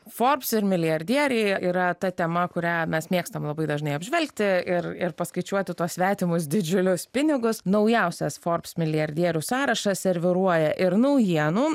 forbs ir milijardieriai yra ta tema kurią mes mėgstam labai dažnai apžvelgti ir ir paskaičiuoti tuos svetimus didžiulius pinigus naujausias forbs milijardierių sąrašas serviruoja ir naujienų